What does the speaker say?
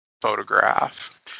photograph